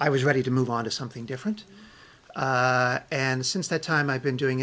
i was ready to move on to something different and since that time i've been doing